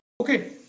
Okay